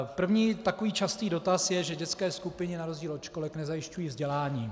První častý dotaz je, že dětské skupiny na rozdíl od školek nezajišťují vzdělání.